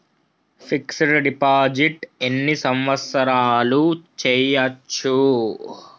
Fix డ్ deposit ఎన్ని సంవత్సరాలు చేయచ్చు?